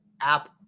app